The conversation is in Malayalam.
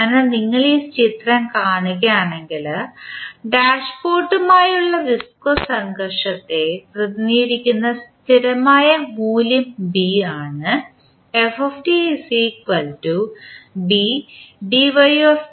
അതിനാൽ നിങ്ങൾ ഈ ചിത്രം കാണുകയാണെങ്കിൽ ഡാഷ്പോട്ടുമായുള്ള വിസ്കോസ് സംഘർഷത്തെ പ്രതിനിധീകരിക്കുന്നു സ്ഥിരമായ മൂല്യം B ആണ്